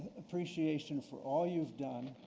appreciation for all you've done,